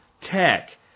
tech